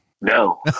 No